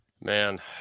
Man